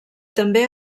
també